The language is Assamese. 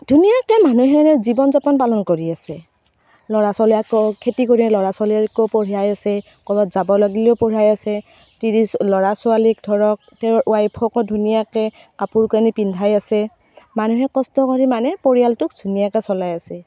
ধুনীয়াকৈ মানুহেৰে জীৱন যাপন পালন কৰি আছে ল'ৰা ছোৱালী আকৌ খেতি কৰি ল'ৰা ছোৱালীকো পঢ়ুৱাই আছে ক'ৰবাত যাব লাগিলেও পঢ়াই আছে তিৰি ল'ৰা ছোৱালীক ধৰক তেওঁৰ ওৱাইফকো ধুনীয়াকৈ কাপোৰ কানি পিন্ধাই আছে মানুহে কষ্ট কৰি মানে পৰিয়ালটোক ধুনীয়াকৈ চলাই আছে